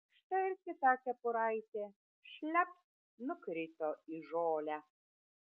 štai ir kita kepuraitė šlept nukrito į žolę